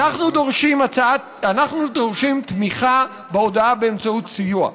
אנחנו דורשים תמיכה בהודאה באמצעות סיוע,